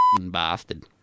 bastard